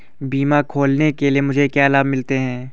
बीमा खोलने के लिए मुझे क्या लाभ मिलते हैं?